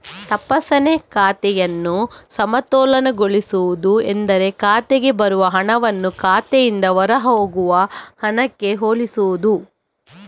ತಪಾಸಣೆ ಖಾತೆಯನ್ನು ಸಮತೋಲನಗೊಳಿಸುವುದು ಎಂದರೆ ಖಾತೆಗೆ ಬರುವ ಹಣವನ್ನು ಖಾತೆಯಿಂದ ಹೊರಹೋಗುವ ಹಣಕ್ಕೆ ಹೋಲಿಸುವುದು